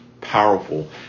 powerful